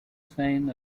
sign